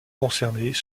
concernés